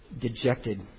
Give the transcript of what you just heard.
dejected